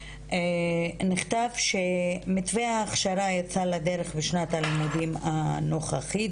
נכתב שמתווה ההכשרה יצא לדרך בשנת הלימודים הנוכחית,